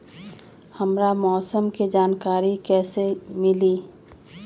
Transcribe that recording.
हमरा मौसम के जानकारी कैसी मिली?